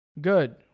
Good